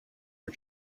for